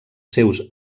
seus